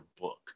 book